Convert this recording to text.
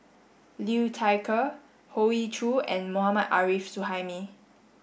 Liu Thai Ker Hoey Choo and Mohammad Arif Suhaimi